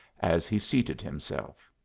as he seated himself.